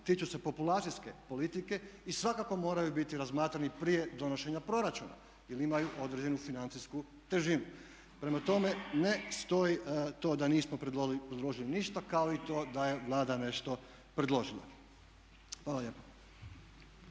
Tiču se populacijske politike i svakako moraju biti razmatrani prije donošenja proračuna jer imaju određenu financijsku težinu. Prema tome, ne stoji to da nismo predložili ništa kao ni to da je Vlada nešto predložila. Hvala lijepa.